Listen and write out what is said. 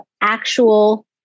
actual